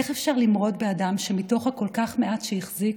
איך אפשר למרוד באדם שמתוך הכול-כך מעט שהחזיק,